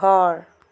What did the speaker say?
ঘৰ